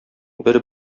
бер